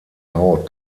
haut